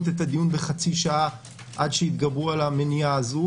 את הדיון בחצי שעה עד שיתגברו על המניעה הזאת,